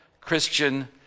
Christian